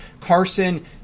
Carson